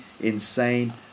insane